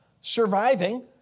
Surviving